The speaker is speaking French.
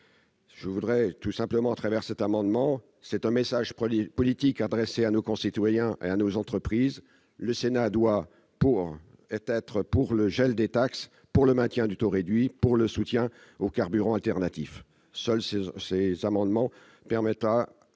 un gain net de trésorerie. Cet amendement est un message politique adressé à nos concitoyens et à nos entreprises : le Sénat doit être pour le gel des taxes, pour le maintien du taux réduit et pour le soutien aux carburants alternatifs. Seul cet amendement permettra